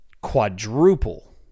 quadruple